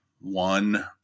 one